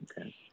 Okay